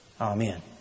Amen